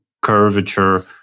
curvature